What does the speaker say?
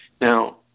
Now